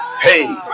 hey